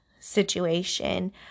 situation